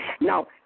Now